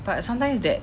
but sometimes that